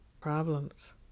Problems